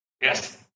Yes